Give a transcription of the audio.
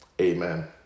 Amen